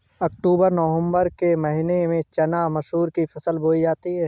अक्टूबर नवम्बर के महीना में चना मसूर की फसल बोई जाती है?